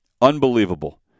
Unbelievable